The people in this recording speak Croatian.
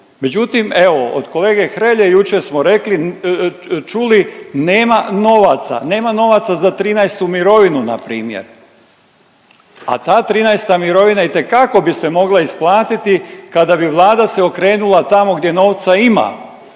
Međutim evo od kolege Hrelje jučer smo rekli, čuli nema novaca. Nema novaca za trinaestu mirovinu na primjer, a ta trinaesta mirovina itekako bi se mogla isplatiti kada bi Vlada se okrenula tamo gdje novca ima,